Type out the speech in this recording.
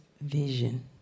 vision